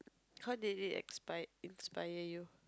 how did it expired inspire you